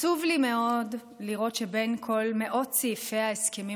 עצוב לי מאוד לראות שבין כל מאות סעיפי ההסכמים